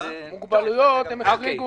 לא.